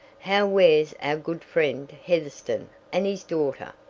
how wears our good friend heatherstone and his daughter?